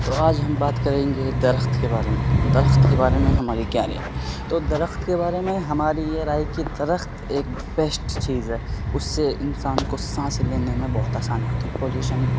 تو آج ہم بات کریں گے درخت کے بارے میں درخت کے بارے میں ہماری کیا رائے ہے تو درخت کے بارے میں ہماری یہ رائے ہے کہ درخت ایک بیشٹ چیز ہے اس سے انسان کو سانس لینے میں بہت آسانی ہوتی ہے پولیوشن